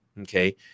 Okay